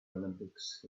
olympics